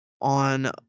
on